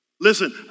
Listen